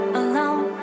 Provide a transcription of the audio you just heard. alone